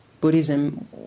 Buddhism